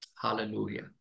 Hallelujah